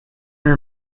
her